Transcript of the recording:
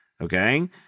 Okay